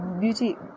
beauty